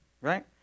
Right